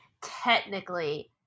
technically